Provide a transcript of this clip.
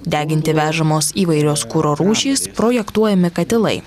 deginti vežamos įvairios kuro rūšys projektuojami katilai